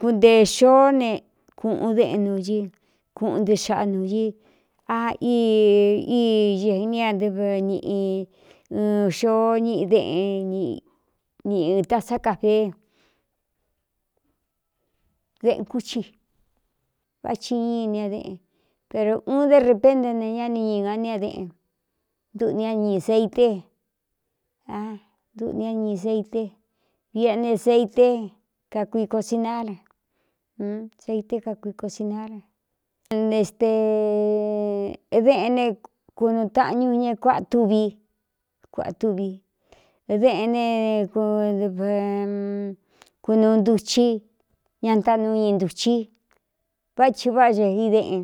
kunteē xoó ne kūꞌun déꞌn nu ɨ kuꞌun ndɨ xaꞌnu ñɨ a i ēni aɨv nꞌ ɨɨ xoó ñiꞌi deꞌn niɨta sá kafee deꞌn kúci váci iini a deꞌen pero uun dé repénte ne ñá ni ñiga ni adeꞌn nduꞌni a ñiꞌi seite a duꞌni a ñii seite viꞌꞌe ne zeite kakuikosinar seité kakuikosinar nte stē deꞌnne kunuu taꞌnñu ña kuáꞌa túvi kuaꞌa tuvi deꞌn ne kunūu ntuchi ña ntaꞌnuu ii ntuchi vá thi váꞌa xēi déꞌen.